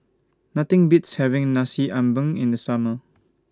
Nothing Beats having Nasi Ambeng in The Summer